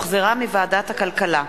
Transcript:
לדיון מוקדם בוועדת הכלכלה נתקבלה.